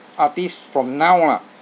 artists from now lah